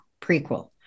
prequel